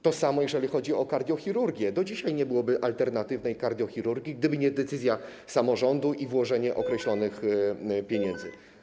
To samo jeżeli chodzi o kardiochirurgię - do dzisiaj nie byłoby alternatywnej kardiochirurgii, gdyby nie decyzja samorządu i włożenie określonych pieniędzy.